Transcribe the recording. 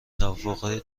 توافقهای